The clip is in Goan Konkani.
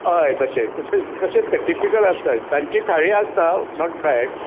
हय तशें तशेंत तशेंत तें टिपिकल आसता तांची थाळी आसता नॉट बॅड